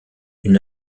une